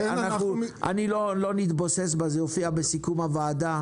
אני לא אמשיך בזה עכשיו,